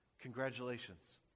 Congratulations